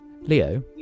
Leo